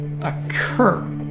occur